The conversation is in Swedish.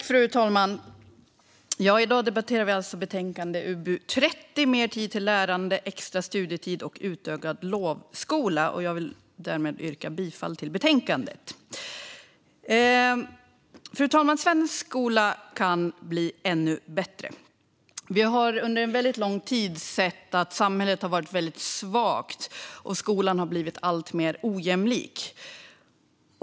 Fru talman! I dag debatterar vi betänkande UBU30, Mer tid till lär ande, extra studietid och utökad lovskola . Jag vill yrka bifall till förslaget i betänkandet. Fru talman! Svensk skola kan bli ännu bättre. Vi har under väldigt lång tid sett att samhället har varit svagt och att skolan har blivit alltmer ojämlik.